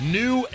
new